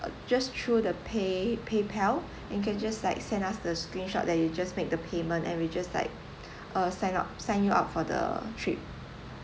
just through the pay PayPal and can just like send us the screenshot that you just make the payment and we just like sign up sign you up for the trip